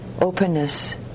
openness